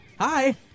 hi